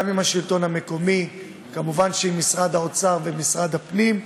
גם עם השלטון המקומי וכמובן עם משרד האוצר ועם משרד הפנים.